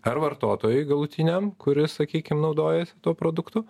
ar vartotojui galutiniam kuris sakykim naudojasi tuo produktu